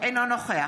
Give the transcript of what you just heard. אינו נוכח